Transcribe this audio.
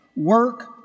Work